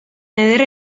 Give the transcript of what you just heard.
ederra